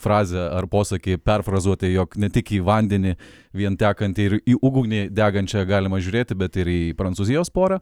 frazę ar posakį perfrazuoti jog ne tik į vandenį vien tekantį ir į ugnį degančią galima žiūrėti bet ir į prancūzijos porą